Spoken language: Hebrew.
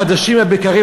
חדשים לבקרים,